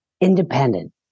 independent